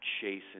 chasing